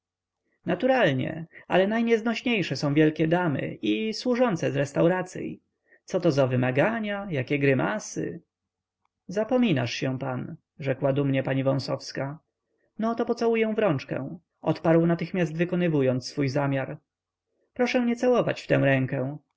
naturalnie ale najnieznośniejsze są wielkie damy i służące z restauracyi coto za wymagania jakie grymasy zapominasz się pan rzekła dumnie pani wąsowska no to pocałuję w rączkę odparł natychmiast wykonywując swój zamiar proszę nie całować w tę rękę